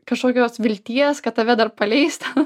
kažkokios vilties kad tave dar paleis ten